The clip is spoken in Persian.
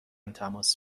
تماس